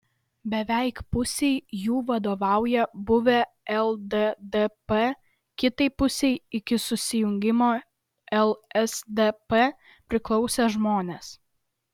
beveik pusei jų vadovauja buvę lddp kitai pusei iki susijungimo lsdp priklausę žmonės